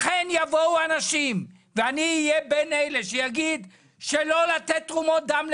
לכן אני אהיה בין אלה שיגידו לא לתת תרומות דם,